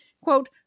quote